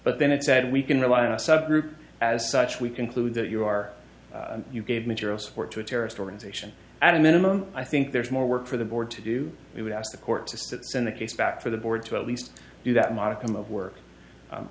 but then it said we can rely on a subgroup as such we conclude that you are you gave material support to a terrorist organization at a minimum i think there is more work for the board to do we would ask the court to step in the case back to the board to at least do that modicum of w